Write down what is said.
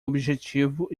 objetivo